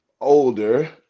older